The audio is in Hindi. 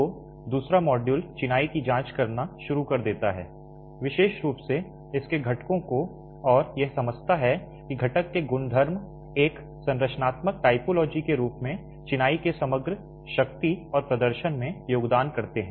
तो दूसरा मॉड्यूल चिनाई की जांच करना शुरू कर देता है विशेष रूप से इसके घटकों को और यह समझता है कि घटक के गुणधर्म एक संरचनात्मक टाइपोलॉजी के रूप में चिनाई के समग्र शक्ति और प्रदर्शन में योगदान करते हैं